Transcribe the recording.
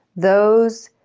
those,